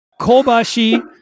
Kobashi